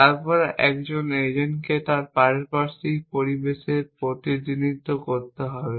তারপর একজন এজেন্টকে তার পারিপার্শ্বিক পরিবেশের প্রতিনিধিত্ব করতে হবে